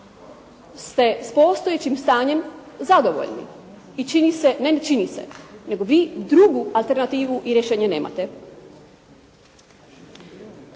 ste s postojećim stanjem zadovoljni i čini se, ne, ne čini se nego vi drugu alternativu i rješenje nemate.